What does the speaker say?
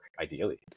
ideally